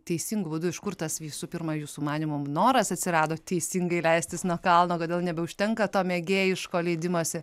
teisingu būdu iš kur tas visų pirma jūsų manymu noras atsirado teisingai leistis nuo kalno kodėl nebeužtenka to mėgėjiško leidimosi